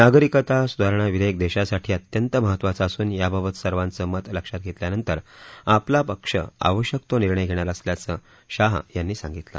नागरिकता सुधारणा विधेयक देशासाठी अत्यंत महत्वाचं असून याबाबत सर्वांचं मत लक्षात घेतल्यावर आपला पक्ष आवश्यक तो निर्णय घेणार असल्याचं शहा यांनी सांगितलं